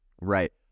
Right